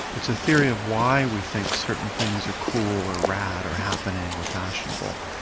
it's a theory of why we think certain things are cool or rad or happening or fashionable.